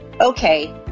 Okay